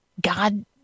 God